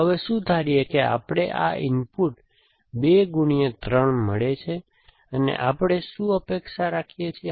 તો હવે શું ધારીએ કે આપણને આ ઇનપુટ 2 3 મળે છે અહીં આપણે શું અપેક્ષા રાખીએ છીએ